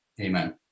Amen